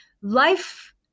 life